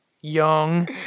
young